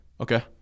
Okay